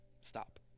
Stop